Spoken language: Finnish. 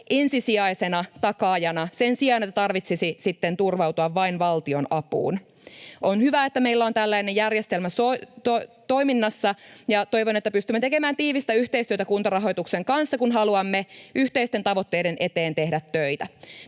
ensisijaisena takaajana sen sijaan, että tarvitsisi sitten turvautua vain valtion apuun. On hyvä, että meillä on tällainen järjestelmä toiminnassa, ja toivon, että pystymme tekemään tiivistä yhteistyötä Kuntarahoituksen kanssa, kun haluamme yhteisten tavoitteiden eteen tehdä töitä.